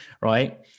Right